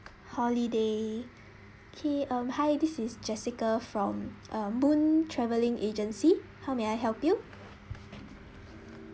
holiday okay um hi this is jessica from uh moon travelling agency how may I help you